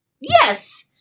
Yes